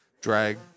drag